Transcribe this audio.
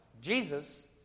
Jesus